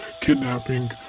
Kidnapping